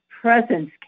presence